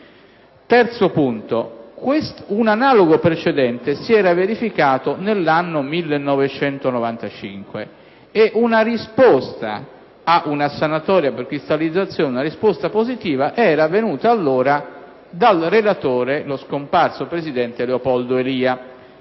Terzo punto: analogo precedente si era verificato nell'anno 1995 e una risposta positiva ad una sanatoria di cristallizzazione era venuta allora dal relatore, lo scomparso presidente Leopoldo Elia.